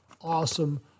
awesome